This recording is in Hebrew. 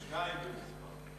שניים במספר.